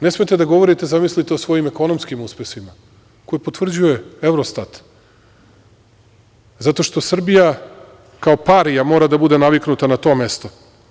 Ne smete da govorite, zamislite, o svojim ekonomskim uspesima, koje potvrđuje Evrostat, zato što Srbija kao parija mora da bude naviknuta na to mesto.